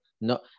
no